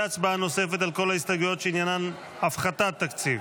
והצבעה נוספת על כל ההסתייגויות שעניינן הפחתת תקציב.